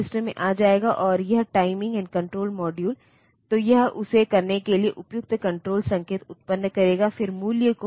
अन्यथा एक प्रोसेसर की मशीन लैंग्वेज दूसरे की मशीन लैंग्वेज से अलग है और असेंबली लैंग्वेज भी अलग है